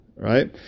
Right